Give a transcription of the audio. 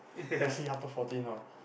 let's see after fourteen lor